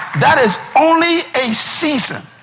that is only a season.